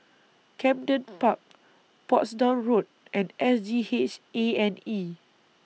Camden Park Portsdown Road and S G H A and E